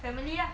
family ah